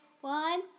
One